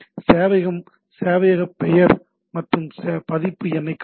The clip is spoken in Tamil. சேவையகம் சேவையக பெயர் மற்றும் பதிப்பு எண்ணைக் காட்டுகிறது